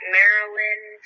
Maryland